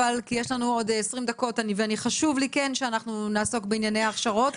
כי יש לנו עוד 20 דקות וחשוב לי כן שנעסוק בענייני הכשרות.